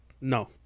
no